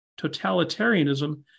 totalitarianism